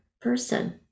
person